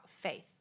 faith